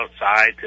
outside